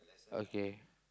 okay